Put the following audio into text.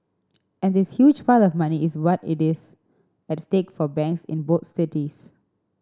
and this huge pile of money is what is at stake for banks in both cities